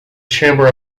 chamber